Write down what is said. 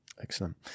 Excellent